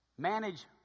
Manage